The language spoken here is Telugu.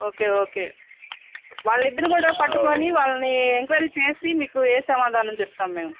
ఓకే ఓకే వాళ్ళిద్దరిని కూడా పట్టుకొని వాళ్ళని ఎంక్వయిరీ చేసి మీకు ఏ సమాధానం చెబుతాము మేడం